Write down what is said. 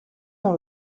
dans